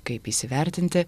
kaip įsivertinti